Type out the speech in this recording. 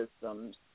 systems